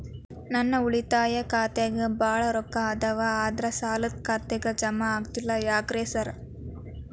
ನನ್ ಉಳಿತಾಯ ಖಾತ್ಯಾಗ ಬಾಳ್ ರೊಕ್ಕಾ ಅದಾವ ಆದ್ರೆ ಸಾಲ್ದ ಖಾತೆಗೆ ಜಮಾ ಆಗ್ತಿಲ್ಲ ಯಾಕ್ರೇ ಸಾರ್?